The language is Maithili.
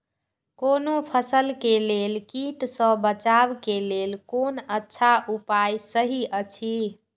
कोनो फसल के लेल कीट सँ बचाव के लेल कोन अच्छा उपाय सहि अछि?